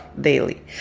daily